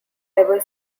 ever